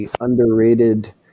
underrated